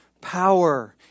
power